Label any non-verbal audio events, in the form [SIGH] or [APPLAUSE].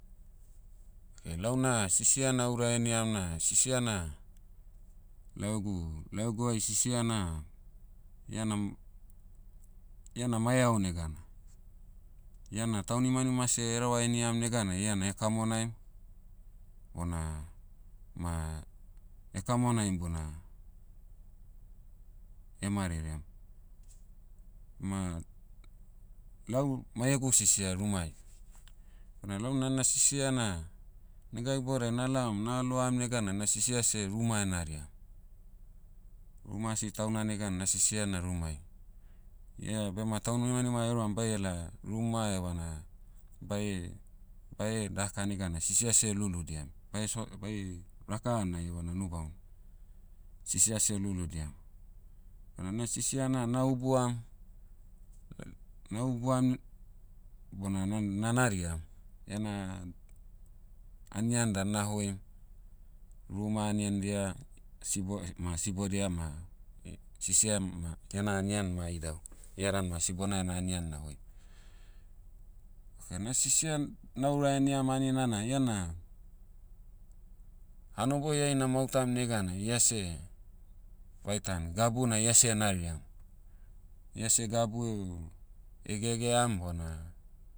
[HESITATION] launa sisia na'ura heniam na sisia na, lau egu- lau eguai sisia na, iana m- iana mai aonega'na. Iana taunimanima se [HESITATION] hereva heniam neganai iana [HESITATION] kamonaim, bona, ma, [HESITATION] kamonaim bona, [HESITATION] marerem. Ma, lau mai egu sisia rumai. Bona lau'na na sisia na, nega iboudiai na'laom na'loam neganai na sisia seh ruma enariam. Ruma asi tauna neganai na sisia na rumai. Ia bema taunimanima euram bai ela ruma evana, bae- bae daka neganai sisia se [HESITATION] luludiam. Bae so- bae, raka hanai evana unu bamo, sisia seh [HESITATION] luludiam. Bona na sisia'na na'ubua- [NOISE] na'ubuam, bona na- na'naria. Ena, anian dan na'hoim, ruma anian dia, sibo- eh- ma sibodia ma, [HESITATION] sisia ma, iena anian ma idau. Ia dan ma sibona ena anian na'hoi. Okay na sisia na'ura heniam anina na iana, hanoboi ai na'mahutam neganai ia seh, vaitan gabu na ia seh [HESITATION] nariam. Ia seh gabu, [HESITATION] gegeam bona,